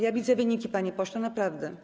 Ja widzę wyniki, panie pośle, naprawdę.